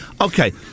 Okay